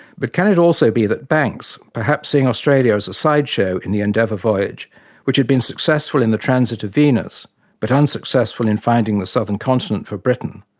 but can it also be that banks, perhaps seeing australia as a sideshow in the endeavour voyage which had been successful in the transit of venus but unsuccessful in finding the southern continent for britain,